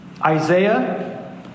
Isaiah